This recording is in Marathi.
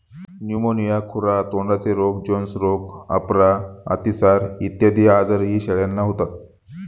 न्यूमोनिया, खुरा तोंडाचे रोग, जोन्स रोग, अपरा, अतिसार इत्यादी आजारही शेळ्यांना होतात